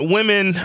Women